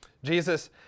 Jesus